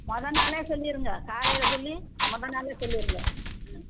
மொதல் நாளே சொல்லிடுங்க காலையில் சொல்லி மொதல் நாளே சொல்லிடுங்க ம்